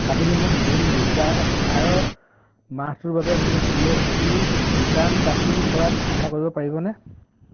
আপুনি মোক জুন দুহেজাৰ এঘাৰ মাহটোৰ বাবে মোৰ জি এছ টি ৰিটাৰ্ণ দাখিল কৰাত সহায় কৰিব পাৰিবনে